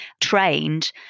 trained